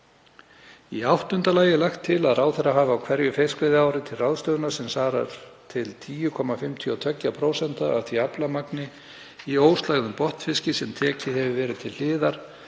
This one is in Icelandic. Í áttunda lagi er lagt til að ráðherra hafi á hverju fiskveiðiári til ráðstöfunar sem svarar til 10,52% af því aflamagni í óslægðum botnfiski sem tekið hefur verið til hliðar